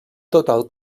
total